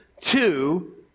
two